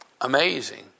amazing